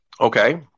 Okay